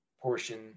portion